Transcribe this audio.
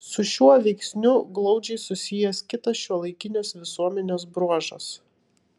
su šiuo veiksniu glaudžiai susijęs kitas šiuolaikinės visuomenės bruožas